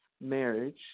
marriage